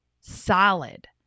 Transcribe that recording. solid